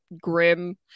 grim